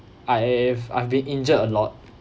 I've I've been injured a lot